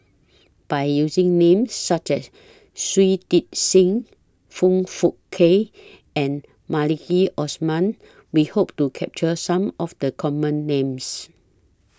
By using Names such as Shui Tit Sing Foong Fook Kay and Maliki Osman We Hope to capture Some of The Common Names